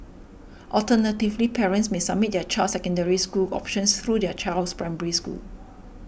alternatively parents may submit their child's Secondary School options through their child's Primary School